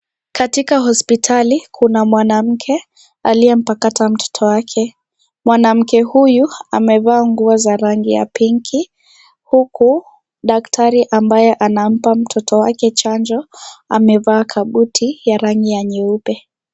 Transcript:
Katika hospitali kuna mwanamke aliyempakata mtoto wake. Mwanamke huyu amevaa nguo za rangi ya pinki, huku daktari ambaye anampa mtoto wake chanjo, amevaa kabuti ya rangi ya nyeupe.